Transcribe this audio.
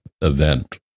event